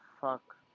fuck